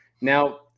Now